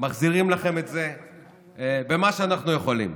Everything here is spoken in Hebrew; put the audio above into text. מחזירים לכם את זה במה שאנחנו יכולים.